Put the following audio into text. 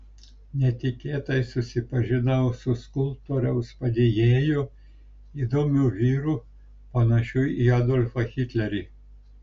netikėtai susipažinau su skulptoriaus padėjėju įdomiu vyru panašiu į adolfą hitlerį